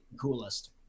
coolest